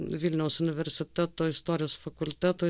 vilniaus universiteto istorijos fakulteto